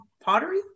pottery